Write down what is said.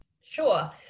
Sure